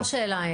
סתם שאלה,